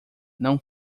não